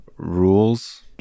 Rules